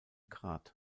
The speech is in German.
grat